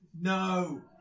No